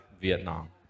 Vietnam